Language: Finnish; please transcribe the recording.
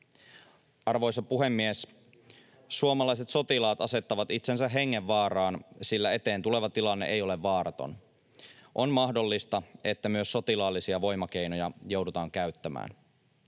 Arvoisa puhemies! Suomalaiset sotilaat asettavat itsensä hengenvaaraan, sillä eteen tuleva tilanne ei ole vaaraton. On mahdollista, että myös sotilaallisia voimakeinoja joudutaan käyttämään.